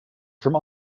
from